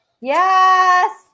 Yes